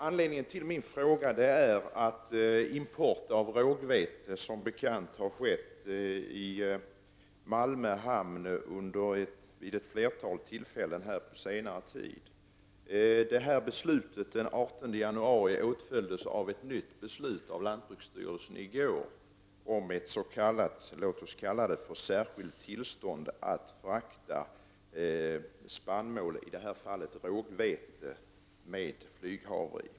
Anledningen till min fråga är att import av rågvete som bekant har skett via Malmö hamn vid ett flertal tillfällen under senare tid. Beslutet den 18 januari åtföljdes av ett nytt beslut av lantbruksstyrelsen i går om låt oss kalla det ett särskilt tillstånd att frakta spannmål, i detta fall rågvete med flyghavre i.